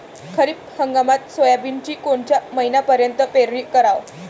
खरीप हंगामात सोयाबीनची कोनच्या महिन्यापर्यंत पेरनी कराव?